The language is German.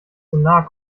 sonar